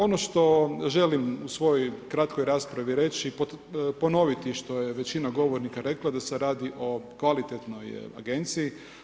Ono što želim u svojoj kratkoj raspravi, ponoviti što je većina govornika rekla da se radi kvalitetnoj agenciji.